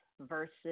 versus